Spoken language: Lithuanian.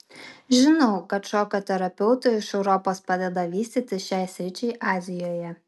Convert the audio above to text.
žinau kad šokio terapeutai iš europos padeda vystytis šiai sričiai azijoje